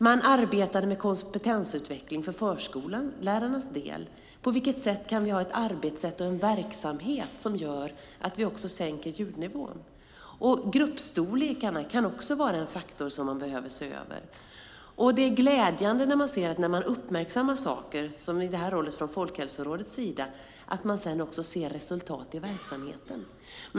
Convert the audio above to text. Man arbetade med kompetensutveckling för förskollärarnas del - på vilket sätt kan vi ha ett arbetssätt och en verksamhet som gör att vi sänker ljudnivån? Gruppstorlekarna kan också vara en faktor man behöver se över. Det är glädjande att man när man uppmärksammar saker, som i det här fallet från Folkhälsorådets sida, också ser resultat i verksamheten.